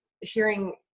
hearing